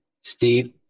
Steve